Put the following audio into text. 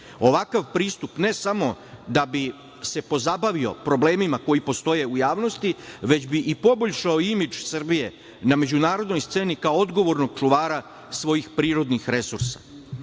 Ovakav pristup ne samo da bi se pozabavio problemima koji postoje u javnosti, već bi i poboljšao imidž Srbije na međunarodnoj sceni kao odgovornog čuvara svojih prirodnih resursa. Globalna